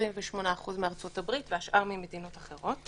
28% מארצות הברית והשאר ממדינות אחרות.